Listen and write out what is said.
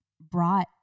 brought